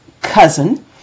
cousin